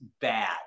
bad